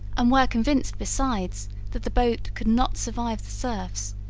um were convinced besides that the boat could not survive the surfs,